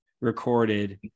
recorded